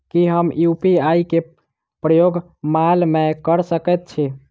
की हम यु.पी.आई केँ प्रयोग माल मै कऽ सकैत छी?